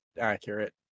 accurate